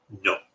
No